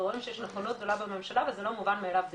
ויש נכונות גדולה בממשלה וזה לא מובן מאליו בכלל.